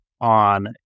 on